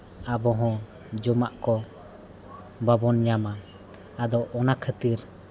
ᱟᱵᱚ ᱦᱚᱸ ᱡᱚᱢᱟᱜ ᱠᱚ ᱵᱟᱵᱚᱱ ᱧᱟᱢᱟ ᱟᱫᱚ ᱚᱱᱟ ᱠᱷᱟᱹᱛᱤᱨ